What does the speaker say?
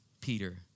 Peter